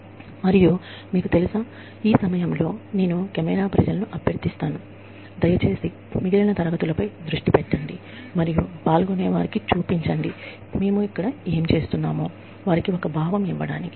మరియు ఈ సమయంలో కెమెరా ప్రజలను దయచేసి మిగతా తరగతి పై దృష్టి పెట్టమని మరియు మేము ఇక్కడ ఏమి చేస్తున్నామో పాల్గొనేవారికి చూపించమని నేను కోరుతున్నాను